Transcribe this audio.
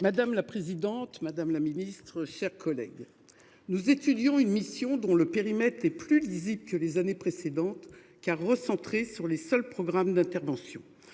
Madame la présidente, madame la ministre, mes chers collègues, nous étudions une mission dont le périmètre est plus lisible que les années précédentes, car il a été recentré sur les seuls programmes d’intervention.